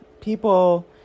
people